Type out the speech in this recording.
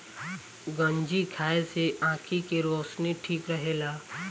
गंजी खाए से आंखी के रौशनी ठीक रहेला